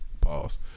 Pause